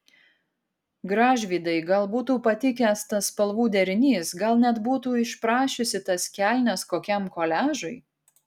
gražvydai gal būtų patikęs tas spalvų derinys gal net būtų išprašiusi tas kelnes kokiam koliažui